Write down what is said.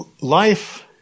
life